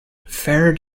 fair